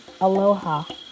Aloha